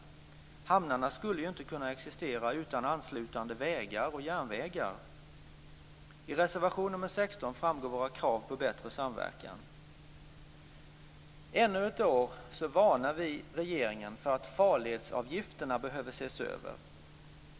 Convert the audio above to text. Hamnarna skulle ju inte kunna existera utan anslutande vägar och järnvägar. I reservation nr 16 framgår våra krav på bättre samverkan. Ännu ett år varnar vi regeringen om att farledsavgifterna behöver ses över.